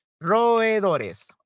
roedores